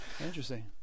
Interesting